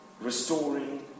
restoring